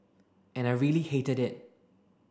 and I really hated it